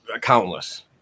countless